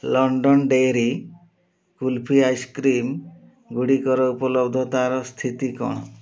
London dairy kulfi ଆଇସ୍କ୍ରିମ୍ଗୁଡ଼ିକର ଉପଲବ୍ଧତାର ସ୍ଥିତି କ'ଣ